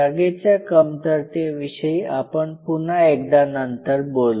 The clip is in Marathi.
जागेच्या कमतरतेविषयी आपण पुन्हा एकदा नंतर बोलु